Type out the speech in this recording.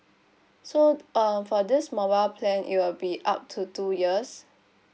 so uh for this mobile plan it will be up to two years